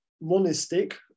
monistic